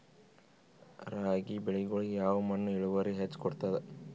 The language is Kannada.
ರಾಗಿ ಬೆಳಿಗೊಳಿಗಿ ಯಾವ ಮಣ್ಣು ಇಳುವರಿ ಹೆಚ್ ಕೊಡ್ತದ?